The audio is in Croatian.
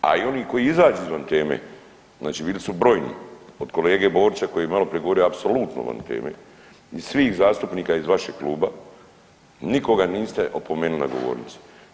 A i oni koji izađu izvan teme znači bili su brojni od kolege Borića koji je maloprije govorio apsolutno van teme i svih zastupnika iz vašeg kluba nikoga niste opomenuli na govornici.